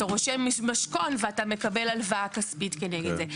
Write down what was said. אתה רושם משכון ואתה מקבל הלוואה כספית כנגד זה.